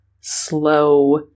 slow